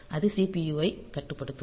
அது CPU ஐக் கட்டுப்படுத்தும்